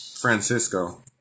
Francisco